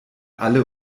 alle